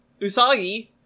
usagi